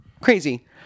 crazy